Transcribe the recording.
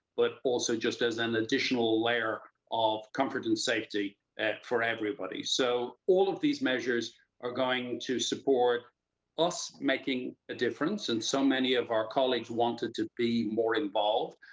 but. also just as an additional layer of comfort and safety for everybody so. all of these measures are going to support us making a difference and so many of our colleagues wanted to be more involved,